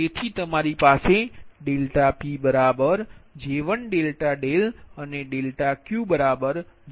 તેથી તમારી પાસે ∆PJ1∆δ અને ∆Q J4∆Vછે